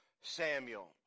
Samuel